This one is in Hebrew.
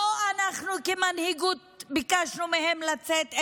לא אנחנו כמנהיגות ביקשנו מהם לצאת,